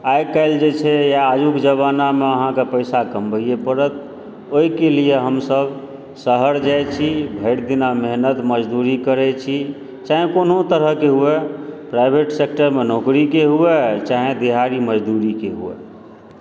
आइकाल्हि जे छै या आजुक जमानामे अहाँक पैसा कमबैए पड़त ओहिके लिय हमसभ शहर जाइत छी भरि दिना मेहनत मजदूरी करय छी चाहे कोनो तरहकेँ होय प्राइवेट सेक्टरमे नौकरीके हुए चाहे दिहाड़ी मजदूरीके हुए